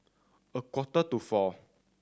a quarter to four